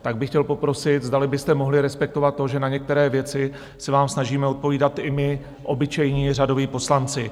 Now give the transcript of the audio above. Tak bych chtěl poprosit, zdali byste mohli respektovat to, že na některé věci se vám snažíme odpovídat i my, obyčejní řadoví poslanci.